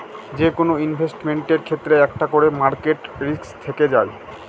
যেকোনো ইনভেস্টমেন্টের ক্ষেত্রে একটা করে মার্কেট রিস্ক থেকে যায়